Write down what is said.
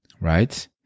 right